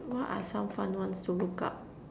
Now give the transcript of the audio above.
what are some fun ones to look up